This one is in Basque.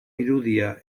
irudia